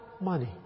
money